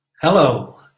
Hello